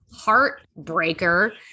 heartbreaker